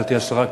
גברתי השרה,